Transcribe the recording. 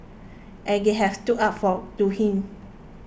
and they have stood up for to him